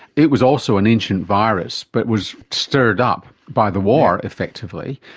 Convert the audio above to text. it was also an ancient virus but was stirred up by the war, effectively.